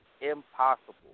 impossible